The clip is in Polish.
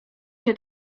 się